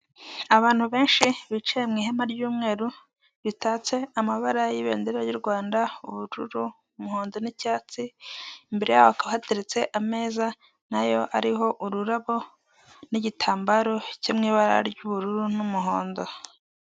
Abantu benshi bicaye mu ihema ry'umweru, ritatse amabara y'ibendera y'u Rwanda: ubururu, umuhondo, n'icyatsi, imbere yaho hakaba hateretse ameza, na yo ariho ururabo, n'igitambaro cyo mu ibara ry'ubururu n'umuhondo.